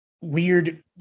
weird